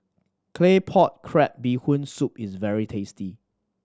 Claypot Crab Bee Hoon Soup is very tasty